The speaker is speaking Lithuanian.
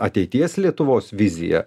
ateities lietuvos vizija